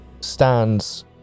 stands